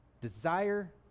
Desire